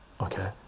okay